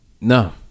no